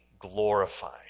glorified